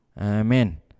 Amen